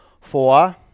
Four